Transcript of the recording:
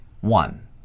one